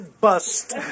Bust